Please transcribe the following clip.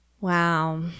Wow